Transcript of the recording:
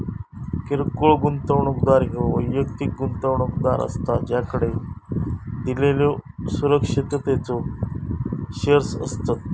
किरकोळ गुंतवणूकदार ह्यो वैयक्तिक गुंतवणूकदार असता ज्याकडे दिलेल्यो सुरक्षिततेचो शेअर्स असतत